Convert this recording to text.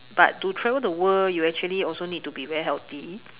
but to travel the world you actually also need to be very healthy